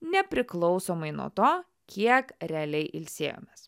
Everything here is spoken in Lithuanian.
nepriklausomai nuo to kiek realiai ilsėjomės